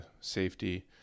safety